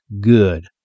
Good